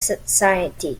society